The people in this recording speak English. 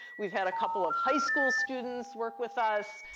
we've had a couple of high school students work with us.